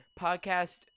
Podcast